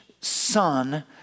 son